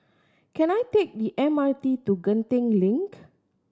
can I take the M R T to Genting Link